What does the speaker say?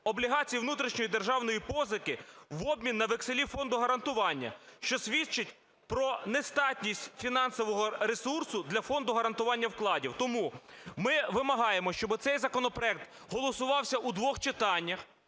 облігацій внутрішньої державної позики в обмін на векселі Фонду гарантування, що свідчить про нестатність фінансового ресурсу для Фонду гарантування вкладів. Тому ми вимагаємо, щоби цей законопроект голосувався у двох читаннях,